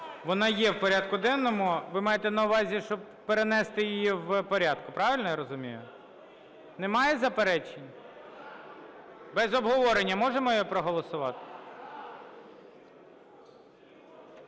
Вона є в порядку денному. Ви маєте на увазі, щоб перенести її в порядку, правильно я розумію? Немає заперечень? Без обговорення можемо її проголосувати?